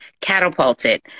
catapulted